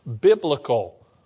biblical